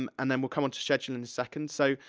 um and then we'll come onto schedule in a second. so,